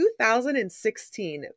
2016